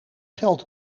geld